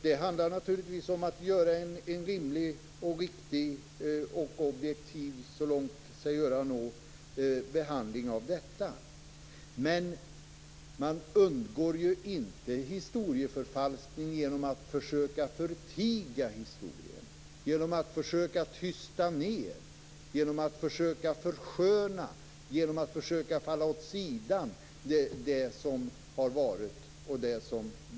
Det handlar om att göra en rimlig, riktig och objektiv behandling. Man undgår inte historieförfalskning genom att försöka förtiga historien, genom att försöka tysta ned, genom att försöka försköna, genom att försöka föra åt sidan det som varit och delvis är.